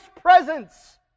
presence